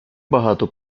багато